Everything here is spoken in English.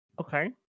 Okay